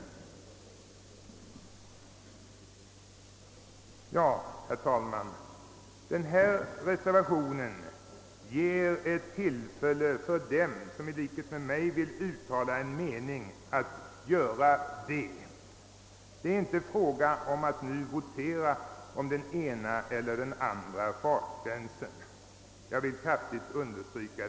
Herr talman! Reservationen ger ett tillfälle för dem som i likhet med mig vill uttala en mening att göra det. Det är inte fråga om att nu votera om den ena eller andra fartgränsen — det vill jag kraftigt understryka.